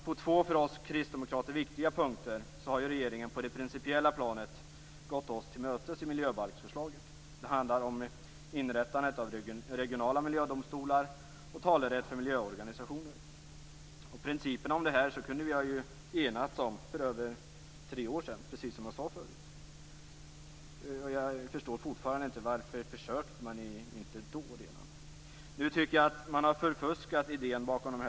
På två för oss kristdemokrater viktiga punkter har regeringen på det principiella planet gått oss till mötes i miljöbalksförslaget. Det handlar om inrättandet av regionala miljödomstolar och talerätt för miljöorganisationer. Principerna om detta kunde vi ha enats om för över tre år sedan, precis som jag sade förut. Jag förstår fortfarande inte varför man inte redan då försökte göra det.